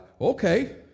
Okay